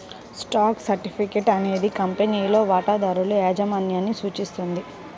stock certificate అనేది కంపెనీలో వాటాదారుల యాజమాన్యాన్ని సూచిస్తుంది